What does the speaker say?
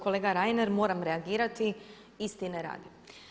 Kolega Reiner moram reagirati istine radi.